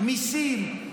מיסים,